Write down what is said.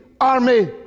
army